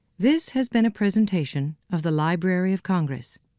this has been a presentation of the library of congress.